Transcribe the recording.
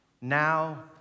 now